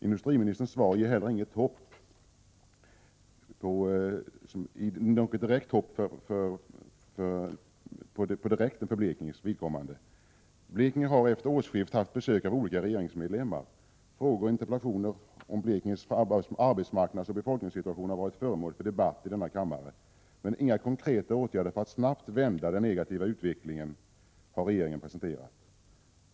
Industriministerns svar ger heller inte något direkt hopp för Blekinges vidkommande. Blekinge har efter årsskiftet haft besök av olika regeringsmedlemmar. Frågor och interpellationer om Blekinges arbetsmarknadsoch befolkningssituation har varit föremål för debatt i denna kammare. Men inga konkreta åtgärder för att snabbt vända den negativa utvecklingen har regeringen presenterat.